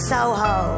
Soho